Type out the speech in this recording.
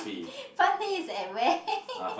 fun days at where